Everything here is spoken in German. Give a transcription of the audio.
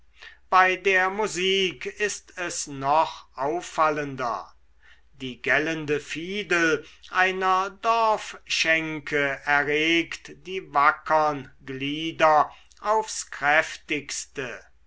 bei der musik ist es noch auffallender die gellende fiedel einer dorfschenke erregt die wackern glieder aufs kräftigste